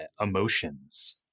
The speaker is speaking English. emotions